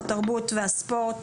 התרבות והספורט